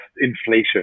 inflation